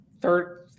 third